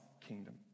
kingdom